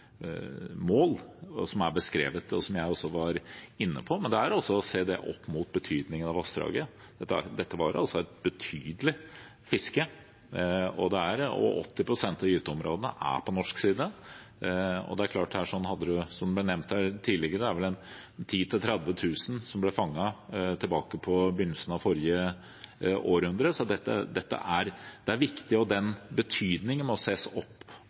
mål som er beskrevet, og som jeg også var inne på, men man må se det opp mot betydningen av vassdraget. Det var et betydelig fiske, og 80 pst. av gyteområdene er på norsk side. Som det ble nevnt her tidligere: Det var vel 10 000–30 000 fisk som ble fanget tilbake til begynnelsen av forrige århundre. Så dette er viktig. Betydningen må ses mot både kostnadene og